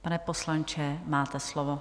Pane poslanče, máte slovo.